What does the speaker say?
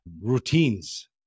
routines